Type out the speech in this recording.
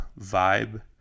Vibe